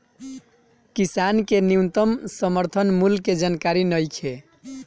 किसान के न्यूनतम समर्थन मूल्य के जानकारी नईखे